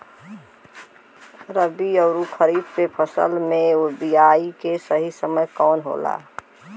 रबी अउर खरीफ के फसल के बोआई के सही समय कवन होला?